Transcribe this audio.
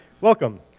welcome